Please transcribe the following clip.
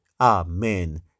Amen